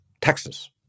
Texas